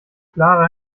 klarer